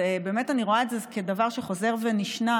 ובאמת אני רואה את זה כדבר שחוזר ונשנה